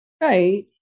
Right